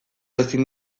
ezin